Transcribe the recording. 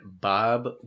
Bob